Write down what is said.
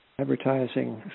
Advertising